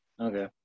Okay